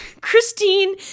Christine